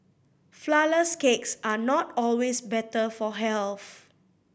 flourless cakes are not always better for health